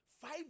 five